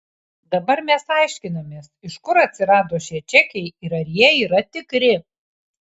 dabar mes aiškinamės iš kur atsirado šie čekiai ir ar jie yra tikri